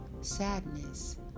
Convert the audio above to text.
sadness